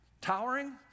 towering